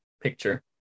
picture